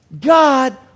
God